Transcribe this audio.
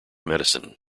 medicine